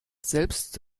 selbst